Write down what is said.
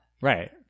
Right